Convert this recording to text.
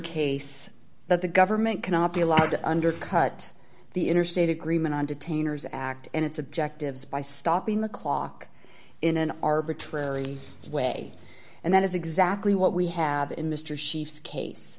case that the government cannot be allowed to undercut the interstate agreement on detainers act and its objectives by stopping the clock in an arbitrary way and that is exactly what we have in mr sheaves case